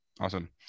Awesome